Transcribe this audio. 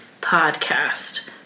podcast